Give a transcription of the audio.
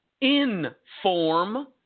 inform